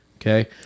okay